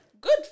Good